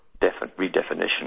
redefinition